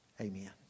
Amen